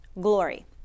glory